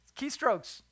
keystrokes